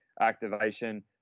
activation